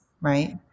Right